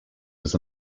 was